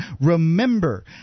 remember